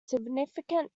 significant